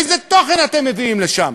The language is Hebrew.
איזה תוכן אתם מביאים לשם?